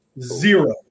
Zero